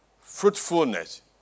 fruitfulness